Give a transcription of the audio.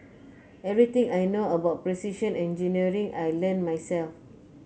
everything I know about precision engineering I learnt myself